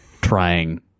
trying